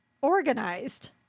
organized